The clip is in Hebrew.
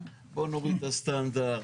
בואו נוריד את הסטנדרט,